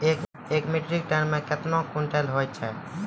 एक metric tonne मे कतवा क्वींटल हैत छै?